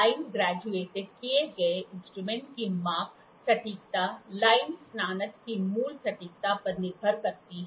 line graduate किए गए instrument की माप सटीकता लाइन स्नातक की मूल सटीकता पर निर्भर करती है